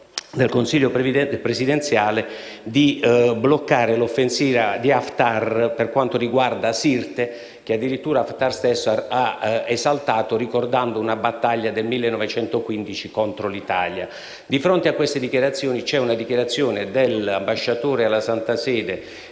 del Consiglio presidenziale libico, di bloccare l'offensiva di Haftar per quanto riguarda Sirte, che lo stesso Haftar ha esaltato ricordando una battaglia del 1915 contro l'Italia. Di fronte a questa situazione, c'è una dichiarazione dell'ambasciatore della Libia